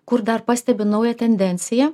kur dar pastebiu naują tendenciją